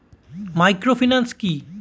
Microfinance কি?